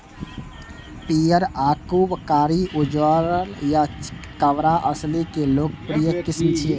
पीयर, याकूब, कारी, उज्जर आ चितकाबर असील के लोकप्रिय किस्म छियै